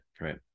right